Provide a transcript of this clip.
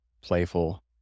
playful